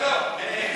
לא לא לא.